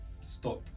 stop